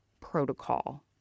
protocol